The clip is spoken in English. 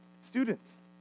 Students